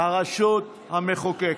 הרשות המחוקקת.